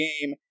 game